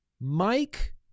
Mike